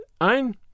Ein